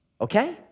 okay